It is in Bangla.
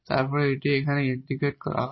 এবং তারপর এটি এখানে ইন্ট্রিগেট হয়